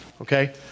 okay